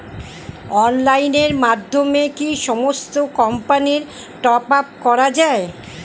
অনলাইনের মাধ্যমে কি সমস্ত কোম্পানির টপ আপ করা যায়?